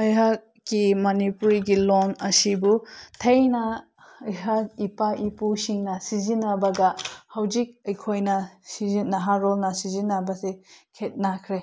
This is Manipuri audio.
ꯑꯩꯍꯥꯛꯀꯤ ꯃꯅꯤꯄꯨꯔꯤꯒꯤ ꯂꯣꯟ ꯑꯁꯤꯕꯨ ꯊꯥꯏꯅ ꯑꯩꯍꯥꯛ ꯏꯄꯥ ꯏꯄꯨꯁꯤꯡꯅ ꯁꯤꯖꯤꯟꯅꯕꯒ ꯍꯧꯖꯤꯛ ꯑꯩꯈꯣꯏꯅ ꯅꯍꯥꯔꯣꯜꯅ ꯁꯤꯖꯤꯟꯅꯕꯁꯦ ꯈꯦꯠꯅꯈ꯭ꯔꯦ